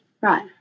Right